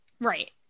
Right